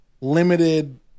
limited